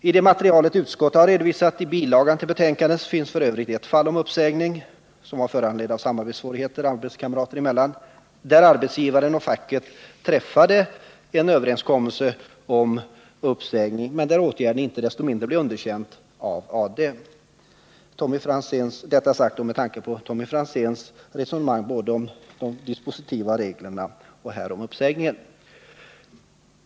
I det material som utskottet har redovisat i bilagan till betänkandet finns f. ö. ett fall om uppsägning — som var föranledd av samarbetssvårigheter arbetskamrater emellan — där arbetsgivaren och facket träffat en överenskommelse om uppsägning men där åtgärden inte desto mindre blev underkänd av AD. Jag ville säga detta med tanke på Tommy Franzéns resonemang om dispositiva regler och uppsägningar.